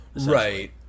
Right